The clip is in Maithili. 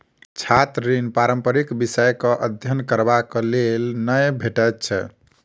छात्र ऋण पारंपरिक विषयक अध्ययन करबाक लेल नै भेटैत छै